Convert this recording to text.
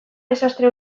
desastre